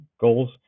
goals